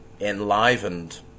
enlivened